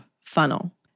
funnel